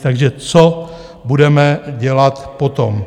Takže co budeme dělat potom?